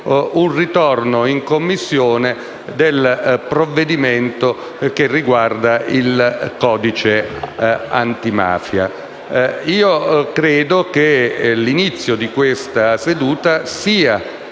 un rinvio in Commissione del provvedimento riguardante il codice antimafia. Io credo che l'inizio di questa seduta sia